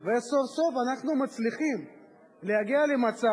וסוף-סוף אנחנו מצליחים להגיע למצב